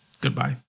Goodbye